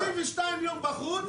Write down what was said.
22 יום בחוץ.